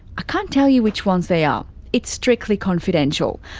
can't tell you which ones they um it's strictly confidential.